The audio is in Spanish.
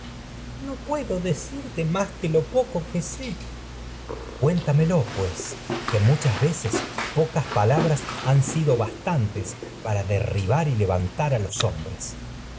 no puedo decirte más que lo poco que sé electra cuéntamelo pues que muchas veces y po cas palabras han sido bastantes para derribar a levan tar los hombres